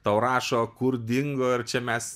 tau rašo kur dingo ar čia mes